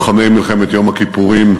לוחמי מלחמת יום הכיפורים,